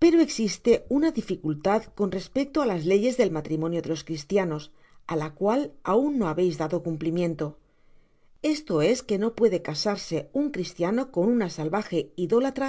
pero existe una dificultad con repedo á las leyes del matrimonio de los cristianos á la cual aun no babeis dado cumplimiento esto es que no puede casarse ud cristiano con una salvaje idólatra